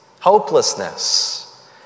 hopelessness